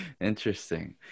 Interesting